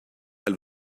elle